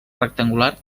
rectangular